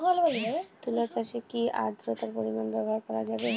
তুলা চাষে কি আদ্রর্তার পরিমাণ ব্যবহার করা যাবে?